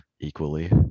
equally